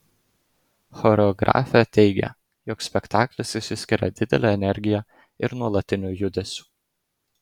choreografė teigia jog spektaklis išsiskiria didele energija ir nuolatiniu judesiu